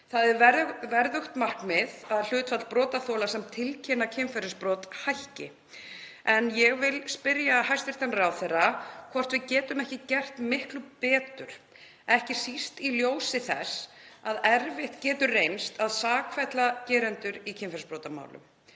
Það er verðugt markmið að hlutfall brotaþola sem tilkynna kynferðisbrot hækki en ég vil spyrja hæstv. ráðherra hvort við getum ekki gert miklu betur, ekki síst í ljósi þess að erfitt getur reynst að sakfella gerendur í kynferðisbrotamálum.